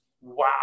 wow